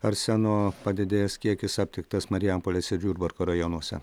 arseno padidėjęs kiekis aptiktas marijampolės ir jurbarko rajonuose